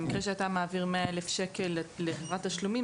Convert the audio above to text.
במקרה שאתה מעביר 100,000 שקלים לחברת תשלומים,